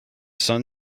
sun